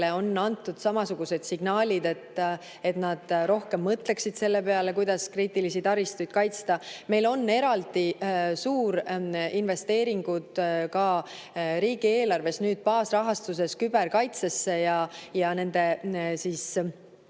on antud samasugused signaalid, et nad rohkem mõtleksid selle peale, kuidas kriitilisi taristuid kaitsta. Meil on eraldi suurinvesteeringud ka riigieelarves nüüd baasrahastuses küberkaitsesse ja kogu